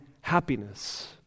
happiness